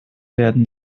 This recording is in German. werden